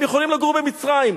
הם יכולים לגור במצרים.